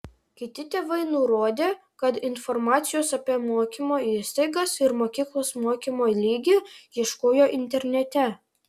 kiti tėvai nurodė kad informacijos apie mokymo įstaigas ir mokyklos mokymo lygį ieškojo internete